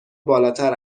بالاتر